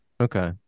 Okay